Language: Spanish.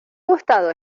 gustado